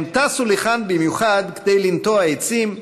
הם טסו לכאן במיוחד כדי לנטוע עצים,